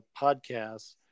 podcasts